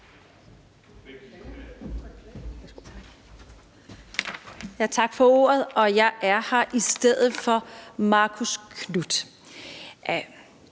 Tak for ordet. Jeg er her i stedet for Marcus Knuth.